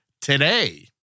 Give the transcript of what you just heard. today